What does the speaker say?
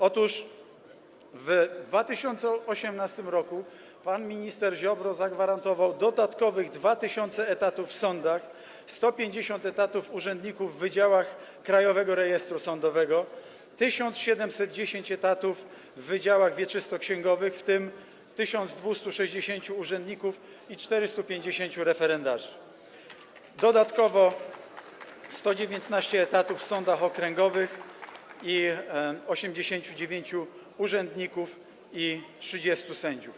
Otóż w 2018 r. pan minister Ziobro zagwarantował 2 tys. dodatkowych etatów w sądach, 150 etatów dla urzędników w wydziałach Krajowego Rejestru Sądowego, 1710 etatów w wydziałach wieczystoksięgowych, w tym 1260 dla urzędników i 450 dla referendarzy, dodatkowo 119 etatów w sądach okręgowych, 89 dla urzędników i 30 dla sędziów.